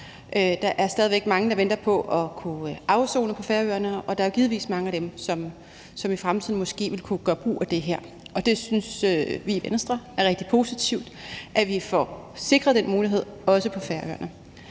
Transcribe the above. Der er stadig væk mange, der venter på at kunne afsone, på Færøerne, og der er givetvis mange af dem, som i fremtiden måske vil kunne gøre brug af det her. Vi synes i Venstre, at det er rigtig positivt, at vi får sikret den mulighed, også på Færøerne.